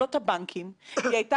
זה היה הדבר שאליו חתרנו.